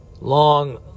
long